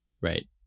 right